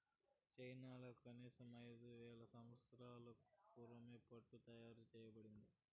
చైనాలో కనీసం ఐదు వేల సంవత్సరాలకు పూర్వమే పట్టు తయారు చేయబడింది